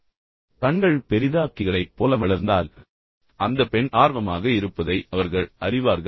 எனவே கண்கள் பெரிதாக்கிகளைப் போல வளர்ந்தால் அந்தப் பெண் ஆர்வமாக இருப்பதை அவர்கள் அறிவார்கள்